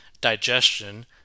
digestion